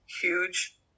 huge